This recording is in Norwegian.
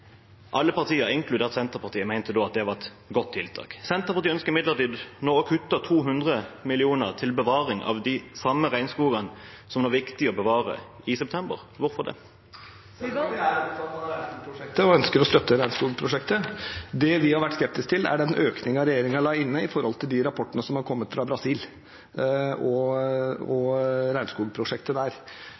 Alle partier, inkludert Senterpartiet, mente at det var et godt tiltak. Senterpartiet ønsker nå imidlertid å kutte 200 mill. kr til bevaring av de samme regnskogene som det var viktig å bevare i september – hvorfor? Senterpartiet er opptatt av regnskogprosjektet og ønsker å støtte det. Det vi har vært skeptisk til, er den økningen regjeringen la inn, ut fra de rapportene som har kommet fra regnskogprosjektet i Brasil. Vi ønsker å støtte regnskogprosjektet,